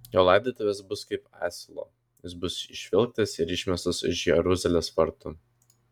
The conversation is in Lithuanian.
jo laidotuvės bus kaip asilo jis bus išvilktas ir išmestas už jeruzalės vartų